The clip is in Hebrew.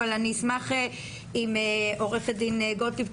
אבל אני אשמח אם עו"ד גוטליב,